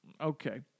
Okay